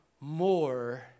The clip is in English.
more